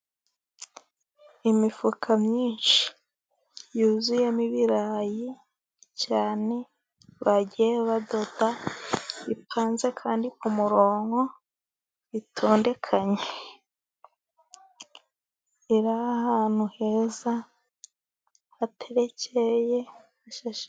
Imifuka myinshi yuzuyemo ibirayi, cyane bagiye badota, bipanze kandi ku murong,o itondekanye, iri ahantu heza, haterekeye, ishashi...